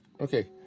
Okay